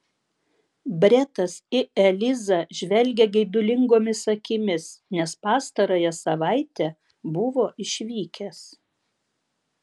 bretas į elizą žvelgė geidulingomis akimis nes pastarąją savaitę buvo išvykęs